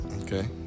Okay